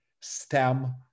STEM